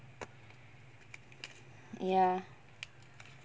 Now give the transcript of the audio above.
ya